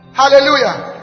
hallelujah